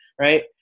Right